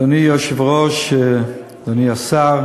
אדוני היושב-ראש, אדוני השר,